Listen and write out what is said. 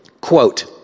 quote